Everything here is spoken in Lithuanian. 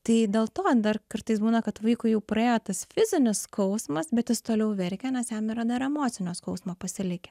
tai dėl to dar kartais būna kad vaikui jau praėjo tas fizinis skausmas bet jis toliau verkia nes jam yra dar emocinio skausmo pasilikę